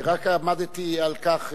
ורק עמדתי על כך,